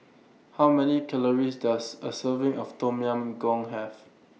How Many Calories Does A Serving of Tom Yam Goong Have